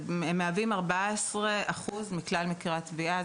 הם מהווים 14% מכלל מקרי הטביעה.